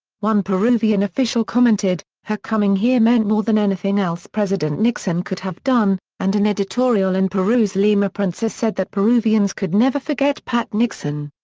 one peruvian official commented her coming here meant more than anything else president nixon could have done, and an editorial in peru's lima prensa said that peruvians could never forget pat nixon.